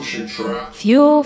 Fuel